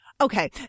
Okay